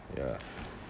ya